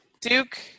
Duke